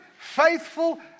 faithful